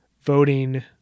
voting